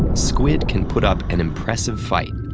squid can put up an impressive fight.